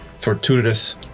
fortuitous